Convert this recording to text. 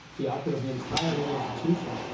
the output of the entire media institution,